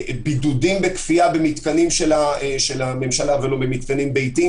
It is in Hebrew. בידודים בכפייה במתקנים של הממשלה ולא במתקנים ביתיים.